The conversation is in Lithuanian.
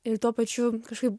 ir tuo pačiu kažkaip